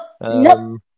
Nope